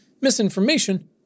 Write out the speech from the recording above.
misinformation